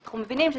אנחנו לא